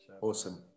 awesome